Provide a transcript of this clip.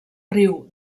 riu